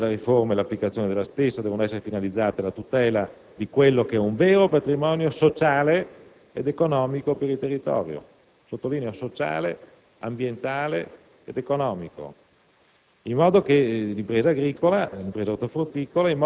una riaffermazione della centralità; le misure della riforma e l'applicazione della stessa devono essere finalizzate alla tutela di quello che è un vero patrimonio sociale ed economico per il territorio - sottolineo gli aggettivi: sociale, ambientale ed economico